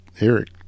Eric